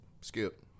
Skip